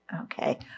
okay